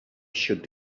should